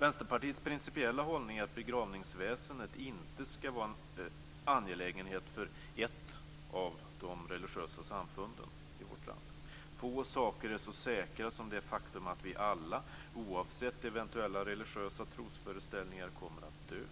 Vänsterpartiets principiella hållning är att begravningsväsendet inte skall vara en angelägenhet för ett av de religiösa samfunden i vårt land. Få saker är så säkra som det faktum att vi alla, oavsett eventuella religiösa trosföreställningar, kommer att dö